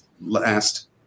last